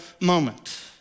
moment